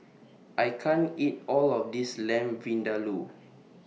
I can't eat All of This Lamb Vindaloo